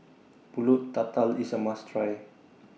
Pulut Tatal IS A must Try